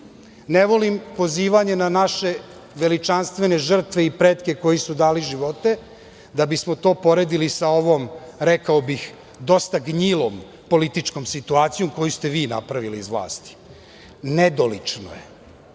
Ne volim pozivanje na naše veličanstvene žrtve i pretke koji su dali živote da bismo to poredili sa ovom, rekao bih, dosta gnjilom političkom situacijom, koju ste vi napravili iz vlasti. Nedolično je.